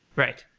right.